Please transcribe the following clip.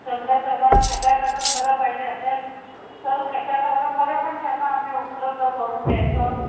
समजा त्यांना कथा कादंबऱ्या पाहिजे असेल तर कथा कादंबऱ्या पण त्यांना आम्ही उपलब्ध करून द्यायचो